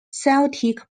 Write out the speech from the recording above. celtic